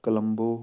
Colombo